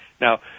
Now